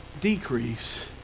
decrease